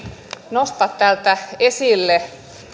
nostaa täältä esille